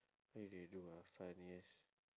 where they do ah funniest